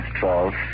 twelve